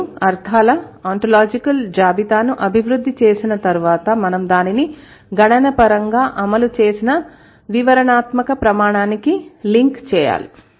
మరియు అర్థాల ఆంటాలజికల్ జాబితాను అభివృద్ధి చేసిన తర్వాత మనం దానిని గణనపరంగా అమలు చేసిన వివరణాత్మక ప్రమాణానికి లింక్ చేయాలి